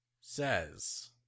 says